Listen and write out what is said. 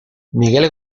miguel